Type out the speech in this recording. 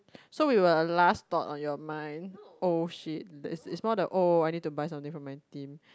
so we were at our last stop on your mind oh shit it's it's not the oh I need to buy something for my team